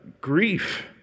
grief